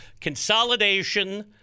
consolidation